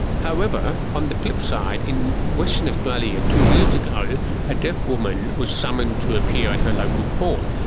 however, on the flip side, in western australia two years ago a deaf woman was summonsed to appear at her local court.